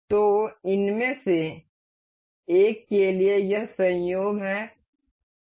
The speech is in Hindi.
तो इनमें से एक के लिए यह संयोग है